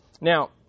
now